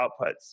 outputs